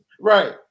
right